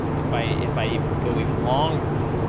if i, if i go even longer,